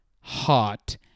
hot